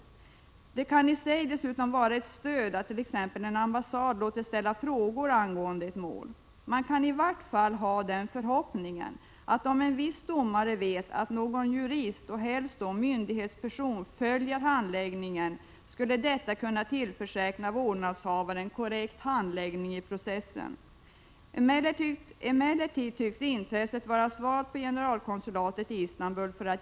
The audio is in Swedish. Dessutom kan det i sig vara ett stöd attt.ex. en ambassad låter ställa frågor angående ett mål. Om en viss domare vet att någon jurist, och då helst en myndighetsperson, följer handläggningen, kan man i varje fall ha förhoppningen att det skulle kunna innebära att vårdnadshavaren tillförsäkras en korrekt handläggning av processen. Emellertid tycks intresset för att hjälpa till vara svalt på generalkonsulatet i Istanbul.